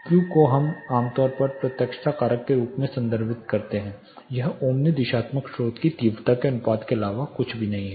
Q को हम आमतौर पर प्रत्यक्षता कारक के रूप में संदर्भित करते हैं यह ओमनी दिशात्मक स्रोत की तीव्रता के अनुपात के अलावा कुछ भी नहीं है